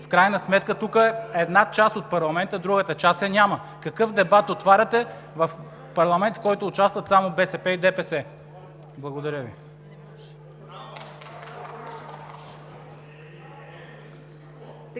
В крайна сметка тук е една част от парламента, а другата част я няма. Какъв дебат отваряте в парламент, в който участват само БСП и ДПС? Благодаря Ви.